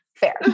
fair